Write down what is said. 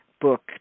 book